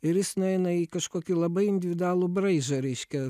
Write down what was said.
ir jis nueina į kažkokį labai individualų braižą reiškia